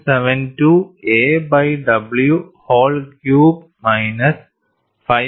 72 a by w whole cube minus 5